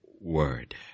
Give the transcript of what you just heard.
word